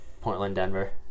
Portland-Denver